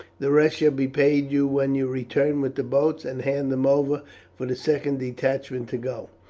the rest shall be paid you when you return with the boats and hand them over for the second detachment to go.